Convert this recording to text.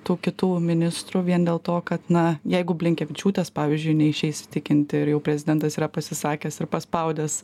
tų kitų ministrų vien dėl to kad na jeigu blinkevičiūtės pavyzdžiui neišeis įtikinti ir jau prezidentas yra pasisakęs ir paspaudęs